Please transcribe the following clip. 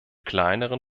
kleineren